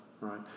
right